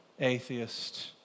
atheist